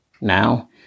Now